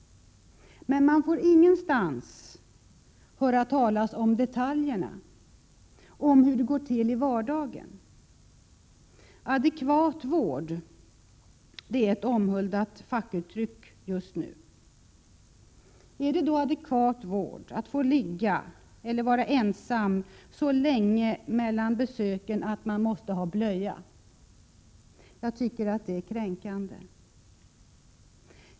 Men man får ingenstans höra talas om detaljerna — hur det går till i vardagen. ”Adekvat vård” är ett omhuldat fackuttryck just nu. Är det då adekvat vård att få ligga eller vara ensam så länge mellan besöken att man måste ha blöja? Jag tycker det är kränkande.